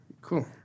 Cool